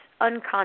unconscious